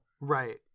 Right